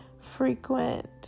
frequent